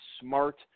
smart